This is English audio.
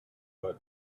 but